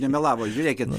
nemelavo žiūrėkit